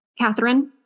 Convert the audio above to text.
Catherine